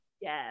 Yes